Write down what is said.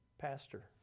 pastor